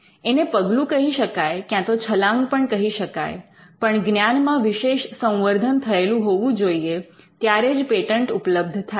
એને પગલું કહી શકાય ક્યાંતો છલાંગ પણ કહી શકાય પણ જ્ઞાનમાં વિશેષ સંવર્ધન થયેલું હોવું જોઈએ ત્યારે જ પેટન્ટ ઉપલબ્ધ થાય